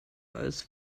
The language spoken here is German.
als